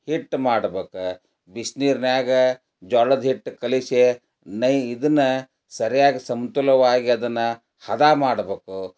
ಹಿಟ್ಟು ಮಾಡ್ಬೇಕ ಬಿಸಿನೀರ್ನಾಗ ಜೋಳದ ಹಿಟ್ಟು ಕಲಸಿ ನೈ ಇದನ್ನು ಸರ್ಯಾಗಿ ಸಮತೋಲವಾಗಿ ಅದನ್ನು ಹದ ಮಾಡ್ಬೇಕು